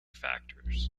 factors